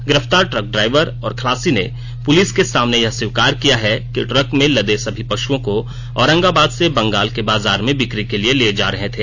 गिरफ्तार truck driver और खलासी ने पुलिस के सामने यह स्वीकार किया है कि ट्रक में लदे सभी पशुओं को औरंगाबाद से बंगाल के बाजार में बिक्री के लिए ले जा रहे थे